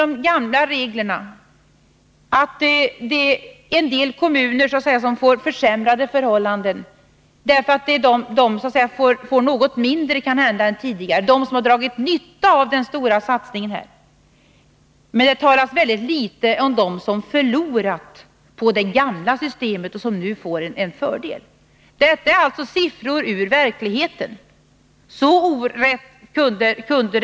Här talas mest om försämringar som en del kommuner får, kommuner som har dragit nytta av den stora satsningen på detta område, men det talas mycket litet om dem som förlorat på det gamla systemet och som nu får en fördel. De av mig nämnda siffrorna är alltså hämtade ur verkligheten.